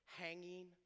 hanging